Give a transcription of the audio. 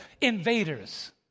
invaders